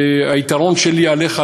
היתרון שלי עליך,